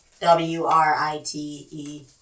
w-r-i-t-e